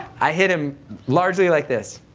i hit him largely like this